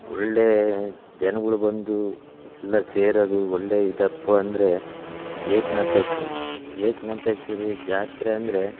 ಒಳ್ಳೆಯ ಜನ್ಗಳು ಬಂದು ಎಲ್ಲ ಸೇರೋದು ಒಳ್ಳೆಯ ಇದಪ್ಪ ಅಂದರೆ ಎಕನಾಥೇಶ್ವರಿ ಎಕನಾಥೇಶ್ವರಿ ಜಾತ್ರೆ ಅಂದರೆ